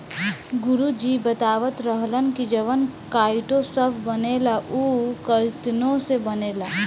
गुरु जी बतावत रहलन की जवन काइटो सभ बनेला उ काइतीने से बनेला